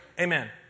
Amen